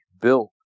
built